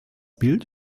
bild